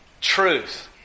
truth